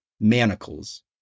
manacles